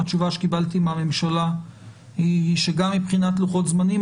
התשובה שקיבלתי מהממשלה היא שגם מבחינת לוחות זמנים,